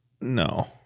no